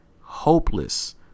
hopeless